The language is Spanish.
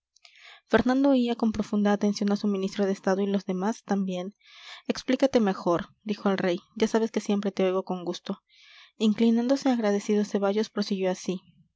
fernando oía con profunda atención a su ministro de estado y los demás también explícate mejor dijo el rey ya sabes que siempre te oigo con gusto inclinándose agradecido ceballos prosiguió así